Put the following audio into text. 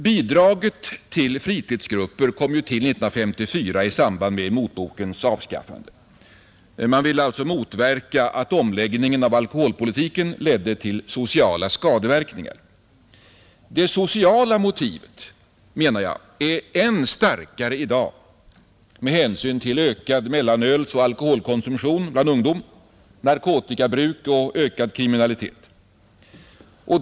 Bidraget till fritidsgrupper kom ju till 1954 i samband med motbokens avskaffande. Man ville motverka att omläggningen av alkoholpolitiken ledde till sociala skadeverkningar. Det sociala motivet är än starkare i dag med hänsyn till ökad mellanölsoch alkoholkonsumtion bland ungdom, narkotikabruk och ökad kriminalitet.